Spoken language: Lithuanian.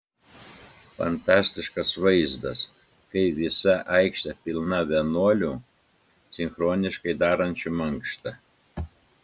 fantastiškas vaizdas kai visa aikštė pilna vienuolių sinchroniškai darančių mankštą